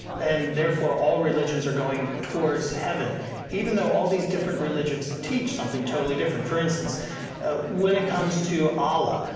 and therefore all religions are going towards heaven even though all these different religious teach something totally different. for instance when it comes to allah,